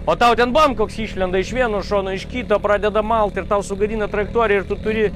o tau ten bam koks išlenda iš vieno šono iš kito pradeda malt ir tau sugadina trajektoriją ir tu turi